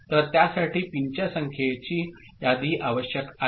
तर त्यासाठी पिनच्या संख्येची यादी आवश्यक आहे